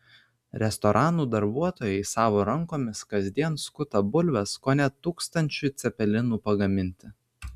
restoranų darbuotojai savo rankomis kasdien skuta bulves kone tūkstančiui cepelinų pagaminti